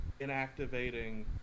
inactivating